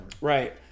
Right